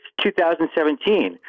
2017